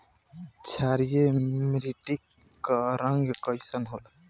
क्षारीय मीट्टी क रंग कइसन होला?